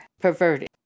perverted